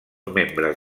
membres